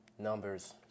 numbers